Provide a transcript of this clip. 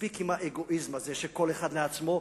מספיק עם האגואיזם הזה של כל אחד לעצמו.